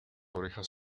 orejas